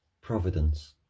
providence